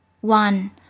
One